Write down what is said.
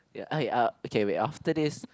ya I uh okay wait after this